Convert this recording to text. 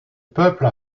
peuple